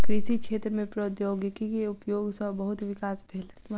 कृषि क्षेत्र में प्रौद्योगिकी के उपयोग सॅ बहुत विकास भेल